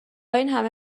اینهمه